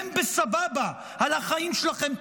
אתם בסבבה על החיים שלכם.